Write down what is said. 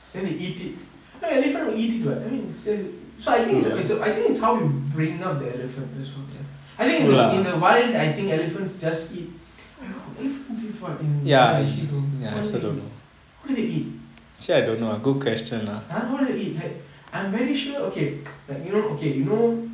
then they eat it right like elephant will eat it [what] I mean it's till so I think it's I think it's how you bring up the elephant this whole ya I think in in the wild I think elephants just eat elephant eat what in I actually don't know what is it they eat who do they eat !huh! what do they eat like I'm very sure okay like you know okay you know